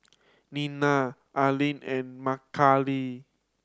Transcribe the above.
Nena Arlin and Makaila